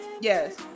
Yes